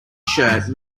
shirt